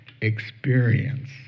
experience